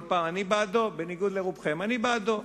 בניגוד לרובכם אני בעדו,